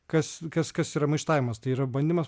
kas kas kas yra maištavimas tai yra bandymas pasiekti kad